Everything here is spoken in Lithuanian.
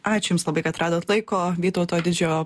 ačiū jums labai kad radot laiko vytauto didžiojo